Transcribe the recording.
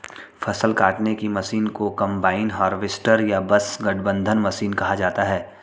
फ़सल काटने की मशीन को कंबाइन हार्वेस्टर या बस गठबंधन मशीन कहा जाता है